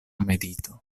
medito